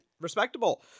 Respectable